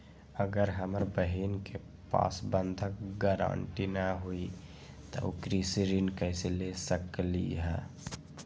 अगर हमर बहिन के पास बंधक गरान्टी न हई त उ कृषि ऋण कईसे ले सकलई ह?